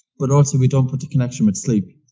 but also we don't put the connection with sleep,